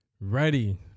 ready